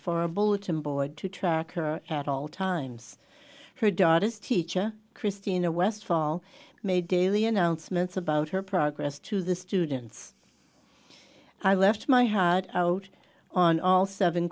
a bulletin board to track her at all times her daughter's teacher kristina westfall made daily announcements about her progress to the students i left my heart out on all seven